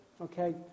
okay